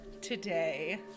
today